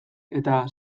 eta